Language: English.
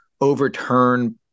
overturn